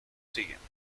siguiente